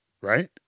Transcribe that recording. right